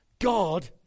God